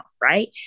right